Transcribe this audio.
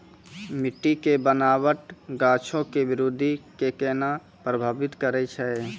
मट्टी के बनावट गाछो के वृद्धि के केना प्रभावित करै छै?